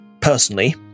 personally